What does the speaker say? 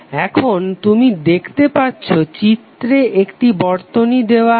এখন তুমি দেখতে পাচ্ছো চিত্রে একটি বর্তনী দেওয়া আছে